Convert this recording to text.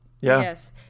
Yes